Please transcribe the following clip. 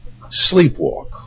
sleepwalk